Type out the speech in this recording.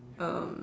um